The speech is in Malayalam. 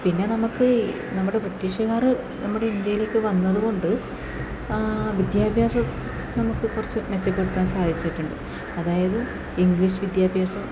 പിന്നെ നമുക്ക് നമ്മുടെ ബ്രിട്ടീഷുകാർ നമ്മുടെ ഇന്ത്യയിലേക്ക് വന്നതുകൊണ്ട് വിദ്യാഭ്യാസം നമുക്ക് കുറച്ച് മെച്ചപ്പെടുത്താൻ സാധിച്ചിട്ടുണ്ട് അതായത് ഇംഗ്ലീഷ് വിദ്യാഭ്യാസം